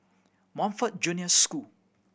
Montfort Junior School